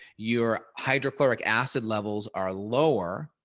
your hydrochloric acid levels are lower,